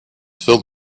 filled